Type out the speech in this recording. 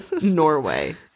norway